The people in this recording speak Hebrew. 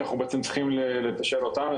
כי אנחנו בעצם צריכים לתשאל אותם,